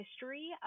history